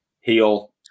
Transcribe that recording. heal